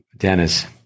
Dennis